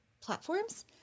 platforms